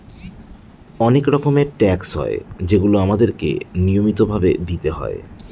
অনেক রকমের ট্যাক্স হয় যেগুলো আমাদেরকে নিয়মিত ভাবে দিতে হয়